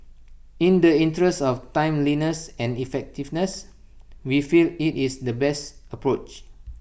in the interest of timeliness and effectiveness we feel IT is the best approach